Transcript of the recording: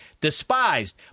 despised